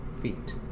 feet